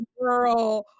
girl